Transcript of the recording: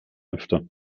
öfter